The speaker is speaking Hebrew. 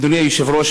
אדוני היושב-ראש,